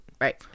Right